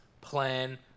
plan